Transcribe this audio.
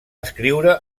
escriure